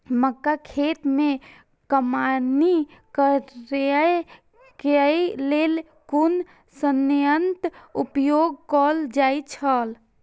मक्का खेत में कमौनी करेय केय लेल कुन संयंत्र उपयोग कैल जाए छल?